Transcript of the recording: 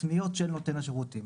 עצמיות של נותן השירותים.